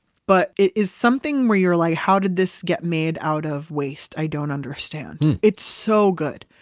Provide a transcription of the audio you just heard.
but it is something where you're like, how did this get made out of waste? i don't understand. it's so good.